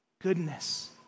goodness